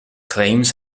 claims